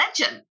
legend